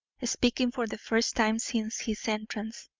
speaking for the first time since his entrance.